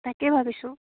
তাকে ভাবিছোঁ